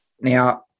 Now